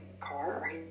car